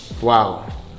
wow